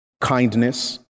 kindness